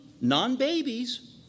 non-babies